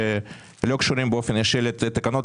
שלא קשורים באופן ישיר לתקנות,